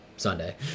Sunday